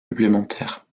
supplémentaires